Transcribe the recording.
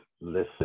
listen